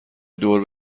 دور